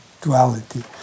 duality